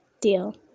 Deal